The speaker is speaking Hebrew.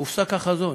הופסק החזון.